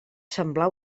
semblar